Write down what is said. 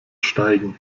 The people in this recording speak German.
steigen